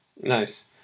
Nice